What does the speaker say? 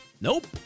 Nope